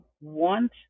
want